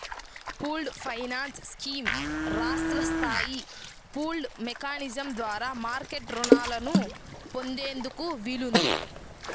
pooled finance scheme రాష్ట్ర స్థాయి pooled mechanism ద్వారా మార్కెట్ రుణాలను పొందేందుకు వీలుంది